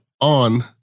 on